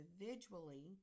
individually